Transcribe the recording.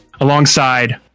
alongside